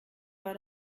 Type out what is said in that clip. war